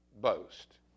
Boast